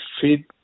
feed